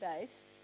based